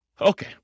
Okay